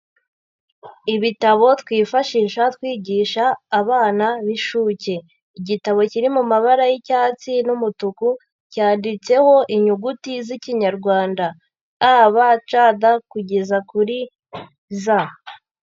Ibitabo twifashisha twigisha abana b'incuke, igitabo kiri mu mabara y'icyatsi n'umutuku, cyanditseho inyuguti z'Ikinyarwanda A,B,C,D kugeza kuri Z.